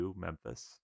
Memphis